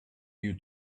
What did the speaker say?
you